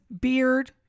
beard